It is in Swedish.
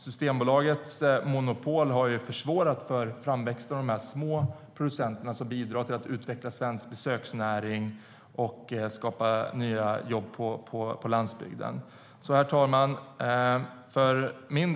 Systembolagets monopol har försvårat för framväxten av de små producenterna som bidrar till att utveckla svensk besöksnäring och skapa nya jobb på landsbygden. Herr talman!